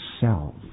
self